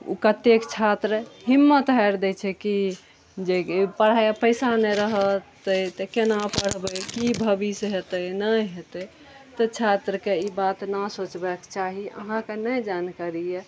ओ कतेक छात्र हिम्मत हारि दै छै की जे पढ़ाइ पैसा नहि रहतै तऽ केना पढ़बै की भबिष्य हेतै नहि हेतै तऽ छात्रके ई बात नहि सोचबाक चाही अहाँके नहि जानकारी अछि